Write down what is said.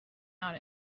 out